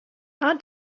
our